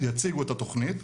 יציגו את התוכנית,